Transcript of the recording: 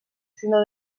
sinó